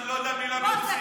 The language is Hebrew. ואני לא יודע מילה ברוסית.